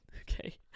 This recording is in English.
Okay